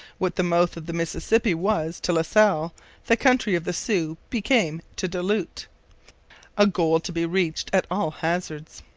what the mouth of the mississippi was to la salle the country of the sioux became to du lhut a goal to be reached at all hazards.